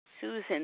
Susan